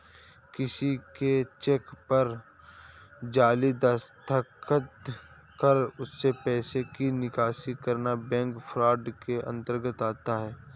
किसी के चेक पर जाली दस्तखत कर उससे पैसे की निकासी करना बैंक फ्रॉड के अंतर्गत आता है